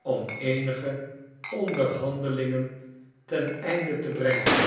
om eenige onderhandelingen ten einde te brengen